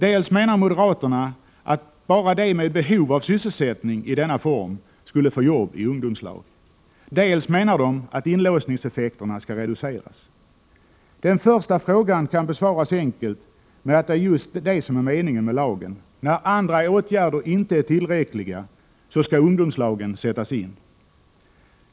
Dels menar moderaterna att bara de med behov av sysselsättning i denna form skall få jobb i ungdomslag, dels menar de att inlåsningseffekterna skall reduceras. Det första kravet kan besvaras enkelt med att det är just det som är meningen med lagen — när andra åtgärder inte är tillräckliga skall ungdomslagen sättas in.